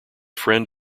friend